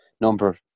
number